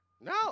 No